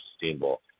sustainable